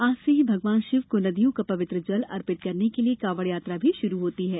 आज से ही भगवान शिव को नदियों का पवित्र जल अर्पित करने के लिए कावड़ यात्रा भी शुरू होती है